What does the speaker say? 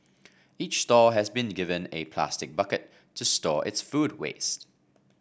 each stall has been given a plastic bucket to store its food waste